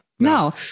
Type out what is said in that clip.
no